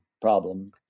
problem